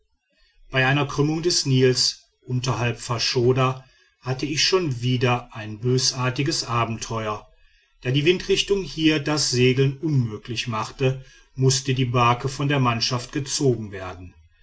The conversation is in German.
bei einer krümmung des nil unterhalb faschoda hatte ich schon wieder ein bösartiges abenteuer da die windrichtung hier das segeln unmöglich machte mußte die barke von der mannschaft gezogen werden